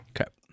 okay